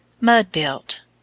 Mud-built